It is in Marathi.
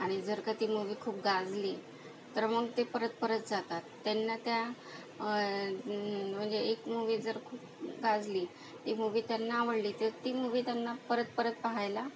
आणि जर का ती मूवी खूप गाजली तर मग ते परत परत जातात त्यांना त्या म्हणजे एक मूवी जर खूप गाजली ती मूवी त्यांना आवडली तर ती मूवी त्यांना परत परत पहायला